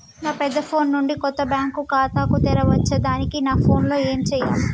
నా పెద్ద ఫోన్ నుండి కొత్త బ్యాంక్ ఖాతా తెరవచ్చా? దానికి నా ఫోన్ లో ఏం చేయాలి?